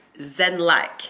zen-like